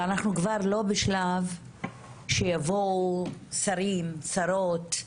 ואנחנו כבר לא בשלב שיבואו שרים, שרות,